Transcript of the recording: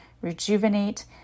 rejuvenate